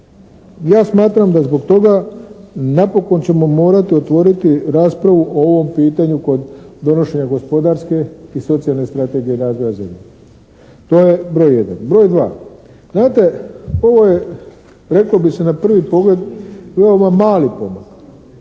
Ja smatram da zbog toga napokon ćemo morati otvoriti raspravu o ovom pitanju kod donošenja gospodarske i socijalne strategije razvoja zemlje. To je broj jedan. Broj dva. Znate, ovo je reklo bi se na prvi pogled veoma mali pomak.